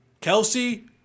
Kelsey